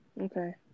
Okay